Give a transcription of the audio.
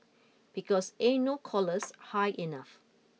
because ain't no collars high enough